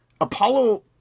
Apollo